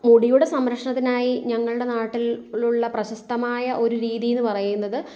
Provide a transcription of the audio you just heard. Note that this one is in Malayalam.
മുടിയുടെ സംരക്ഷണത്തിനായി ഞങ്ങളുടെ നാട്ടിൽ ഉള്ള പ്രശസ്തമായ ഒരു രീതിയെന്ന് പറയുന്നത്